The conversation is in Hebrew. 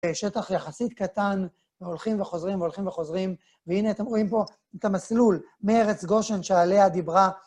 שטח יחסית קטן, הולכים וחוזרים, והולכים וחוזרים. והנה, אתם רואים פה את המסלול, מארץ גושן שעליה דיברה...